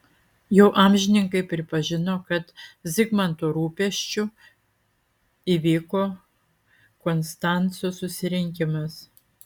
jau amžininkai pripažino kad tik zigmanto rūpesčiu įvyko konstanco susirinkimas